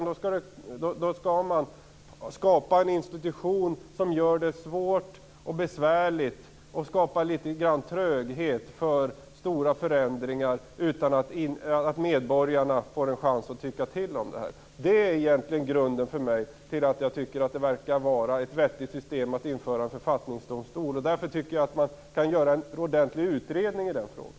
Då skall man skapa en institution som gör det svårt och besvärligt och skapa litet grand tröghet för stora förändringar utan att medborgarna får en chans att tycka till. Det är egentligen grunden till att jag tycker att det verkar vara vettigt att införa en författningsdomstol. Därför tycker jag att man bör göra en ordentlig utredning i frågan.